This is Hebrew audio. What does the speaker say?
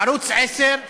ערוץ, 10,